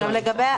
לא הבנתי.